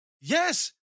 Yes